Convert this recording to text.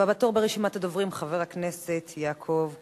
הבא בתור ברשימת הדוברים, חבר הכנסת יעקב כץ,